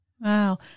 Wow